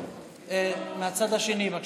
תעלה בבקשה מהצד השני.